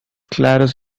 claros